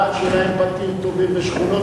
אני בעד שיהיו להם בתים טובים ושכונות